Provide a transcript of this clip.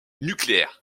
nucléaire